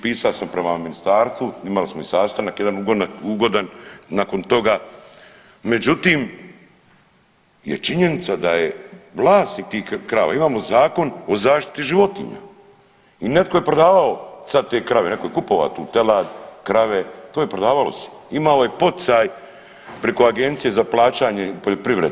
Pisao sam prema ministarstvu, imali smo i sastanak jedan ugodan, nakon toga međutim je činjenica da je vlasnik tih krava, imamo Zakon o zaštiti životinja i netko je prodavao sad te krave, neko je kupovao tu telad, krave, to je prodavalo se, imalo je poticaj priko Agencije za plaćanje u poljoprivredo.